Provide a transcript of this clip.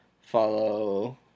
Follow